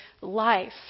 life